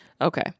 Okay